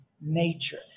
nature